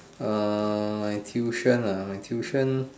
err my tuition ah my tuition